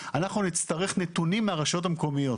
אנחנו נצטרך נתונים מהרשויות המקומיות.